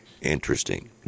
Interesting